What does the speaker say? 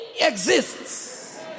exists